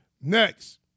Next